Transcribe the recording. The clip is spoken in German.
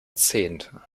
zehnte